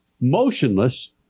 motionless